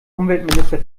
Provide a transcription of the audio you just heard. umweltminister